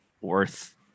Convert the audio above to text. worth